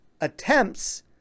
attempts